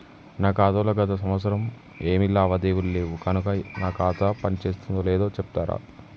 నా ఖాతా లో గత సంవత్సరం ఏమి లావాదేవీలు లేవు కనుక నా ఖాతా పని చేస్తుందో లేదో చెప్తరా?